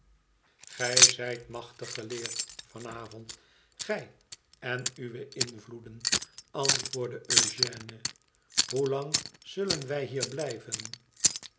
igij zijt machtig geleerd van avond gij en uwe invloeden antwoordde eugène hoelang zullen wij hier blijven